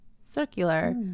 circular